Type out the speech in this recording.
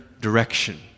direction